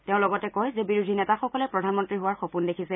তেওঁ লগতে কয় যে বিৰোধী নেতাসকল প্ৰধানমন্ত্ৰী হোৱাৰ সপোন দেখিছে